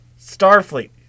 Starfleet